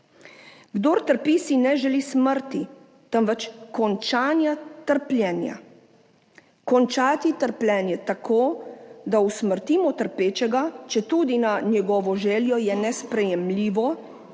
Kdor trpi, si ne želi smrti, temveč končanja trpljenja. Končati trpljenje tako, da usmrtimo trpečega, četudi na njegovo željo, je nesprejemljivo,